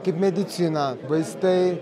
kaip medicina vaistai